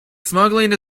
smuggling